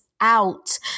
out